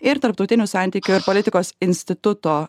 ir tarptautinių santykių ir politikos instituto